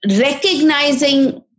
recognizing